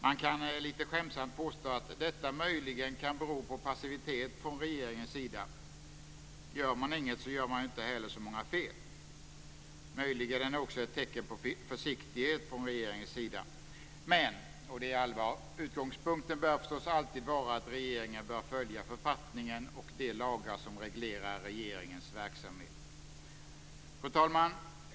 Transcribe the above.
Man kan skämtsamt påstå att detta möjligen kan bero på passivitet från regeringens sida - gör regeringen inget, gör regeringen inte heller så många fel. Möjligen är det också tecken på försiktighet från regeringens sida. Men utgångspunkten bör förstås alltid vara att regeringen bör följa författningen och de lagar som reglerar regeringens verksamhet. Fru talman!